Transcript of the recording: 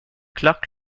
clark